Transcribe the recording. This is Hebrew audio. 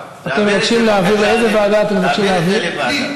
חבר הכנסת שי רוצה לוועדה.